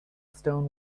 stone